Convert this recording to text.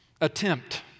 attempt